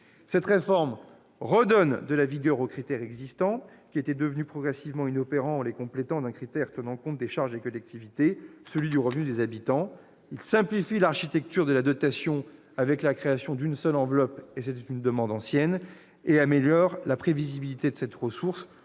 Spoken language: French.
Cette réforme redonne de la vigueur aux critères existants, qui étaient devenus progressivement inopérants, en les complétant d'un critère tenant compte des charges des collectivités : le revenu des habitants. Elle simplifie l'architecture de la dotation avec la création d'une seule enveloppe- il s'agissait d'une demande ancienne -et améliore la prévisibilité de cette ressource